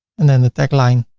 and then the tagline,